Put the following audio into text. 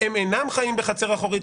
נאמר ש-"הם אינם חיים בחצר אחורית",